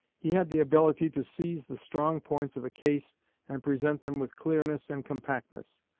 he had the ability to seize the strong points of a case and present them with clearness and compactness.